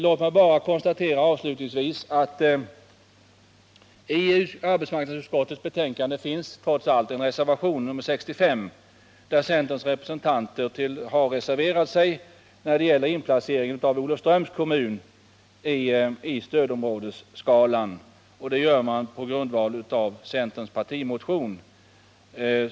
Låt mig bara avslutningsvis konstatera att det vid arbetsmarknadsutskottets betänkande finns en reservation, nr 65, där centerns representanter har reserverat sig när det gäller inplaceringen av Olofströms kommun på stödområdesskalan. Man reserverar sig på grundval av centerns partimotion.